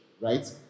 Right